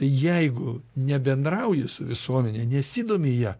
jeigu nebendrauji su visuomene nesidomi ja